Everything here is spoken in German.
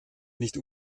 nicht